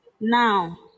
Now